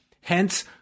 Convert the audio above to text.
Hence